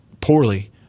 poorly